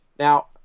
Now